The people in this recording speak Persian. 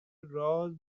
راز